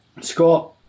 Scott